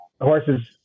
horses